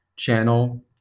Channel